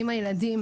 עם הילדים